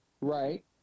right